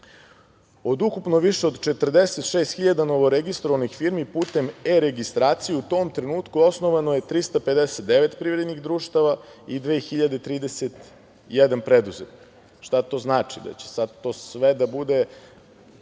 Od ukupno više od 46.000 novoregistrovanih firmi putem e-registracije, u tom trenutku osnovano je 359 privrednih društava i 2.031 preduzetnik. Šta to znači? Da će sad to sve da bude